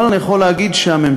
אבל אני יכול להגיד שהממשלה,